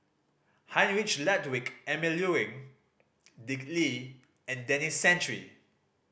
Heinrich Ludwig Emil Luering Dick Lee and Denis Santry